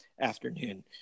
afternoon